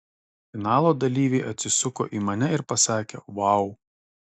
finalo dalyviai atsisuko į mane ir pasakė vau